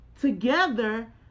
together